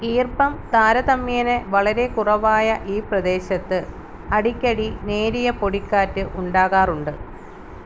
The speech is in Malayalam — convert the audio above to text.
ഈർപ്പം താരതമ്യേന വളരെ കുറവായ ഈ പ്രദേശത്ത് അടിക്കടി നേരിയ പൊടിക്കാറ്റ് ഉണ്ടാകാറുണ്ട്